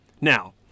Now